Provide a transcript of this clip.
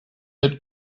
had